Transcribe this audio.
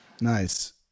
Nice